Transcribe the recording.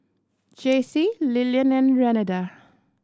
Jacey Lilian and Renada